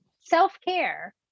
self-care